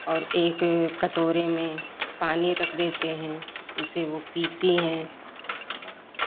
और एक कटोरे में पानी रख देते हैं उसे वह पीती है